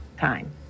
time